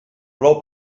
plou